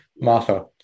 martha